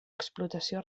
explotació